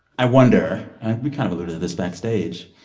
i wonder and we kind of alluded to this backstage